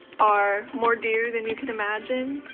are more dear than you can imagine.